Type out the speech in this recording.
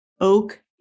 oak